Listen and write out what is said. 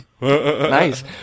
Nice